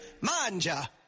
Manja